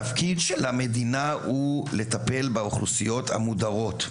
התפקיד של המדינה הוא לטפל באוכלוסיות המודרות.